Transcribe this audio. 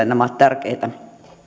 nämä ovat tärkeitä